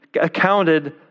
accounted